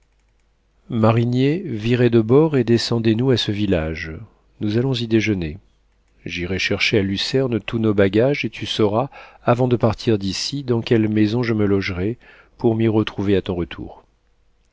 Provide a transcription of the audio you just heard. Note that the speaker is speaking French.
mariniers virez de bord et descendez nous à ce village nous allons y déjeuner j'irai chercher à lucerne tous nos bagages et tu sauras avant de partir d'ici dans quelle maison je me logerai pour m'y retrouver à ton retour